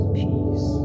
peace